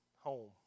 home